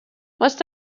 most